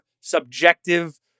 subjective